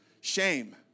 Shame